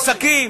עסקים.